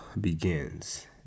begins